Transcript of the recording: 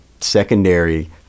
secondary